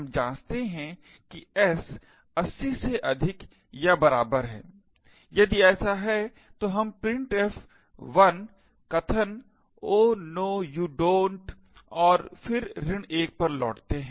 हम जांचते हैं कि s 80 से अधिक या बराबर है यदि ऐसा है तो हम printf 1 कथन 'Oh no you do not' और फिर 1 लौटाते हैं